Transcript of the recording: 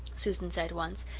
susan said once,